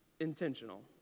intentional